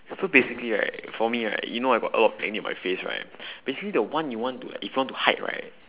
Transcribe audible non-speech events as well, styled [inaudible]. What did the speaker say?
so basically right for me right you know I got a lot of acne on my face right [breath] basically the one you want to if you want to hide right